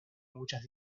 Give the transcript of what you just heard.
muchas